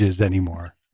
anymore